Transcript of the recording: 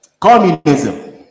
Communism